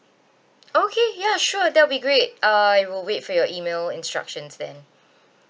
okay ya sure that will be great uh I will wait for your email instructions then